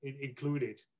included